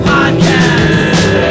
Podcast